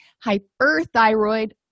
Hyperthyroid